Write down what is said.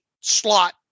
slot